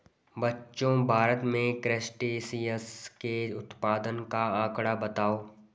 बच्चों भारत में क्रस्टेशियंस के उत्पादन का आंकड़ा बताओ?